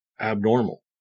abnormal